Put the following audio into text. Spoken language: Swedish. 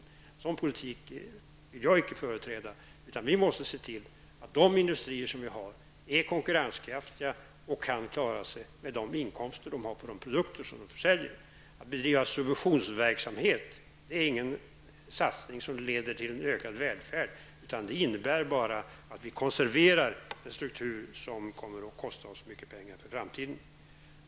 En sådan politik vill jag inte företräda. Vi måste se till att de industrier som vi har är konkurrenskraftiga och kan klara sig med de inkomster som de får för de produkter som de säljer. Att bedriva subventionsverksamhet är ingen satsning som leder till ökad välfärd, utan det innebär bara att vi konserverar en struktur som kommer att kosta oss mycket pengar i framtiden.